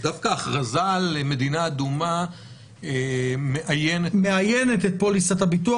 אז דווקא הכרזה על מדינה אדומה מאיינת את פוליסת הביטוח.